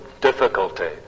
difficulty